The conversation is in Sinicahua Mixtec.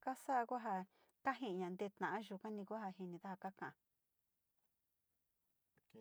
Kaa sa'a ku ja kaji'iña tee ta'a yukani jinisa ja kaka'a.